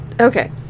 okay